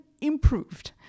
improved